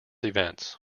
events